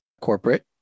corporate